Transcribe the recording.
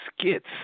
skits